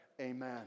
Amen